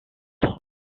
youth